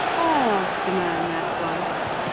i asked a man that once,